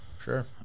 Sure